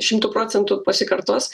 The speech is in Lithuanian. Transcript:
šimtu procentų pasikartos